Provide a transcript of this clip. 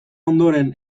ondoren